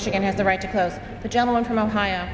michigan has the right to press the gentleman from ohio